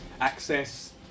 Access